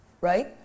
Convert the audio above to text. Right